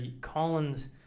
Collins